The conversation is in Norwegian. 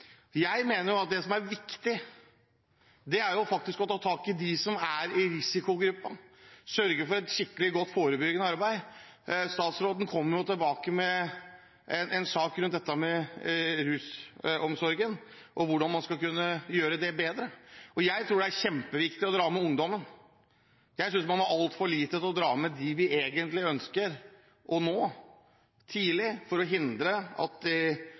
Jeg mener at det som er viktig, er å ta tak i de som er i risikogruppen og sørge for et skikkelig godt forebyggende arbeid. Statsråden kommer tilbake med en sak rundt dette med rusomsorg og hvordan man skal kunne gjøre den bedre. Jeg tror det er kjempeviktig å dra med ungdommen. Jeg synes man i altfor liten grad drar med dem vi egentlig ønsker å nå tidlig, for å hindre at de